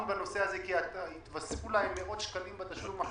בנושא הזה כי יתווספו להם מאות שקלים בתשלום החודשי,